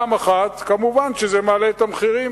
מובן שזה מעלה את המחירים.